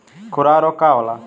खुरहा रोग का होला?